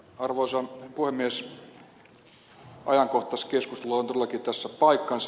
ajankohtaiskeskustelulla on todellakin tässä paikkansa